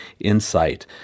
insight